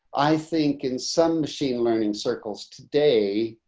i think in some machine learning circles today,